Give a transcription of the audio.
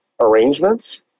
arrangements